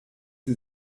sie